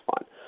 fine